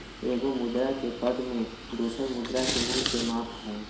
एगो मुद्रा के पद में दोसर मुद्रा के मूल्य के माप हइ